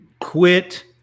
Quit